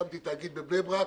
הקמתי תאגיד בבני ברק,